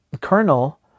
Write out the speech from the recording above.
colonel